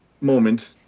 moment